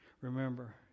Remember